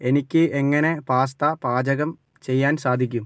എനിക്ക് എങ്ങനെ പാസ്ത പാചകം ചെയ്യാൻ സാധിക്കും